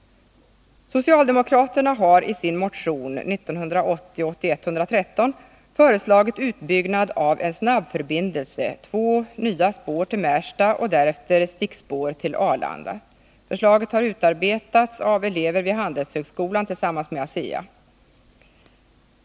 Socialdemokraterna har i sin motion 1980/81:113 föreslagit utbyggnad av en snabbförbindelse, två nya spår till Märsta och därefter stickspår till Arlanda. Förslaget har utarbetats av elever vid Handelshögskolan tillsammans med ASEA.